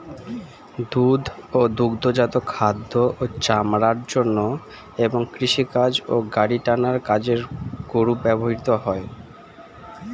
দুধ ও দুগ্ধজাত খাদ্য ও চামড়ার জন্য এবং কৃষিকাজ ও গাড়ি টানার কাজে গরু ব্যবহৃত হয়